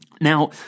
Now